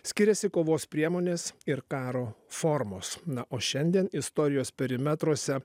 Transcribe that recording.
skiriasi kovos priemonės ir karo formos na o šiandien istorijos perimetruose